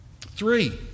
Three